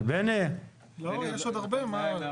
יש עוד הרבה.